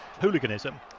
hooliganism